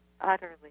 utterly